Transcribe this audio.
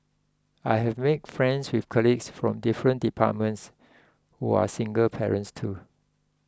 I have made friends with colleagues from different departments who are single parents too